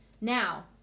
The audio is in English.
Now